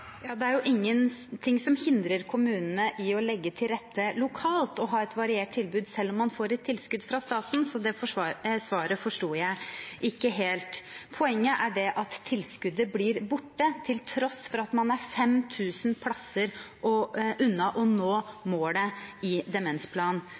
Det er jo ingenting som hindrer kommunene i å legge til rette lokalt for å ha et variert tilbud, selv om man får et tilskudd fra staten, så det svaret forsto jeg ikke helt. Poenget er at tilskuddet blir borte til tross for at man er 5 000 plasser unna å